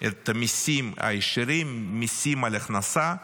את המיסים הישירים, מיסים על הכנסה,